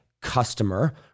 customer